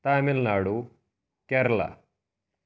Tamil Nadu Kerala